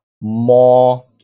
more